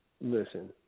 listen